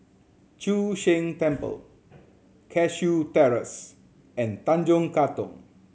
Chu Sheng Temple Cashew Terrace and Tanjong Katong